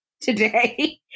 today